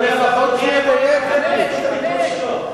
כדורגל,